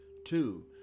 Two